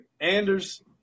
Anders